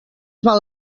val